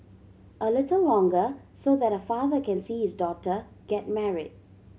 a little longer so that a father can see his daughter get married